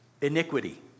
iniquity